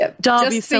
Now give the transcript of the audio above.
Darby